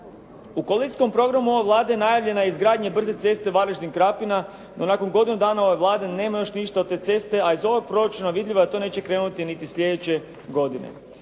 U koalicijskom programu ove Vlade najavljena je i izgradnja brze ceste Varaždin-Krapina, no nakon godinu dana ove Vlade nema još ništa od te ceste, a iz ovog proračuna vidljivo je da to neće krenuti niti sljedeće godine.